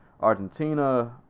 Argentina